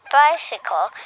bicycle